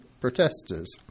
protesters